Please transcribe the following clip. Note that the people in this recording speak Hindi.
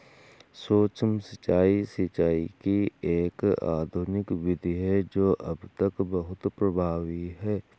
सूक्ष्म सिंचाई, सिंचाई की एक आधुनिक विधि है जो अब तक बहुत प्रभावी है